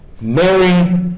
Mary